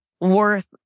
worth